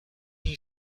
you